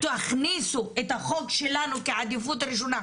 תכניסו את החוק שלנו כעדיפות ראשונה.